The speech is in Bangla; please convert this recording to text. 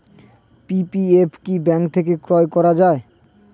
পি.পি.এফ কি ব্যাংক থেকে ক্রয় করা যায়?